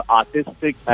artistic